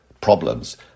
problems